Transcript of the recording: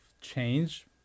change